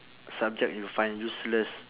subject you find useless